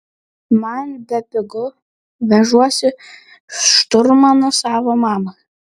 man bepigu vežuosi šturmaną savo mamą